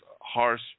harsh